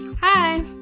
Hi